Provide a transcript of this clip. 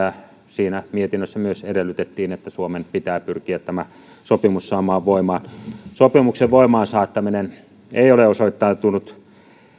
siinä mietinnössä myös edellytettiin että suomen pitää pyrkiä tämä sopimus saamaan voimaan sopimuksen voimaansaattaminen ei ole osoittautunut